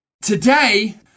Today